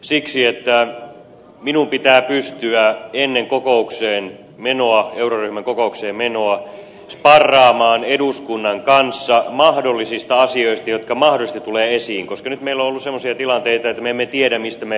siksi että minun pitää pystyä ennen euroryhmän kokoukseen menoa sparraamaan eduskunnan kanssa asioista jotka mahdollisesti tulevat esiin koska nyt meillä on ollut semmoisia tilanteita että me emme tiedä mistä me keskustelemme